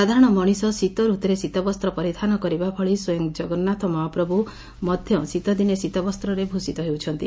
ସାଧାରଣ ମଣିଷ ଶୀତ ଋତୁରେ ଶୀତବସ୍ତ ପରିଧାନ କରିବା ଭଳି ସ୍ୱୟଂ ଜଗନ୍ନାଥ ମହାପ୍ରଭୁ ମଧ ଶୀତଦିନେ ଶୀତବସ୍ତରେ ଭୃଷିତ ହେଉଛନ୍ତି